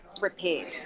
repaired